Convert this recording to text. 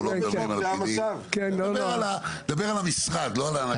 הוא מדבר על המשרד, לא על האנשים.